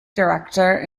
director